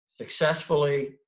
successfully